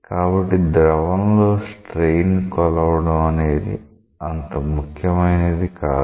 కాబట్టి ద్రవంలో స్ట్రెయిన్ కొలవడం అనేది అంత ముఖ్యమైనది కాదు